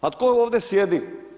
Pa tko ovdje sjedi?